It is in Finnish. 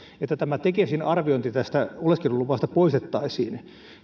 että tekesin arviointi oleskeluluvasta poistettaisiin